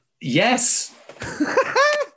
Yes